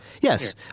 Yes